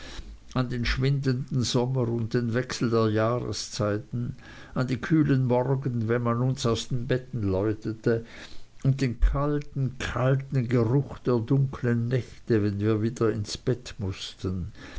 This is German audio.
an den schwindenden sommer und den wechsel der jahreszeit an die kühlen morgen wenn man uns aus den betten läutete und den kalten kalten geruch der dunklen nächte wenn wir wieder ins bett mußten